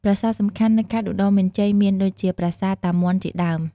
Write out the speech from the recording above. ប្រាសាទសំខាន់នៅខេត្តឧត្តរមានជ័យមាន ដូចជា ប្រាសាទ តាមាន់ជាដើម។